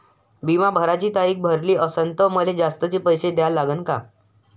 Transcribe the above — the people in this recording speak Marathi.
बिमा भराची तारीख भरली असनं त मले जास्तचे पैसे द्या लागन का?